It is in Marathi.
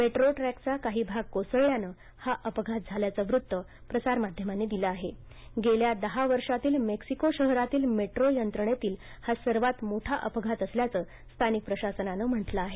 मेट्रोट्रॅकचा काही भाग कोसळल्यानं हा अपघात झाल्याचं वृत्त काही माध्यमांनी दिलं आहे गेल्या दहा वर्षातील मेक्सिको शहरातील मेट्रो यंत्रणेतील हा सर्वात मोठा अपघात असल्याच स्थानिक प्रशासनानं म्हटलं आहे